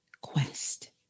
quest